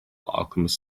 alchemist